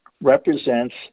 represents